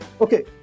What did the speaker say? Okay